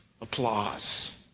applause